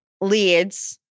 leads